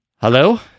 Hello